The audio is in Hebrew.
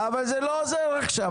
אבל זה לא עוזר עכשיו,